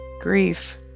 Grief